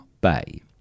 Bay